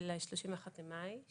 של ה-31 במאי,